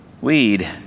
weed